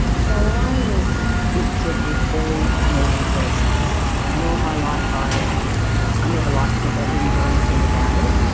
so i was gifted with very uneven breasts and all my life i i never liked it but i didn't do anything about it.